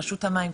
רשות המים,